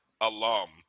alum